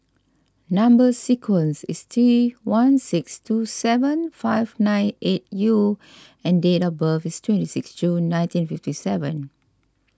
Number Sequence is T one six two seven five nine eight U and date of birth is twenty six June nineteen fifty seven